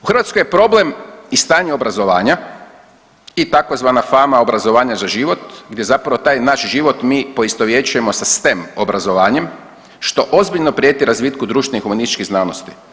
U Hrvatskoj je problem i stanje obrazovanja i tzv. fama obrazovanja za život gdje zapravo taj naš život mi poistovjećujemo sa STEM obrazovanjem što ozbiljno prijeti razvitku društvenih humanističkih znanosti.